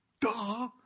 Duh